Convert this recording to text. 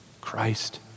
Christ